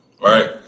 right